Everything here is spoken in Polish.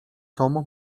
com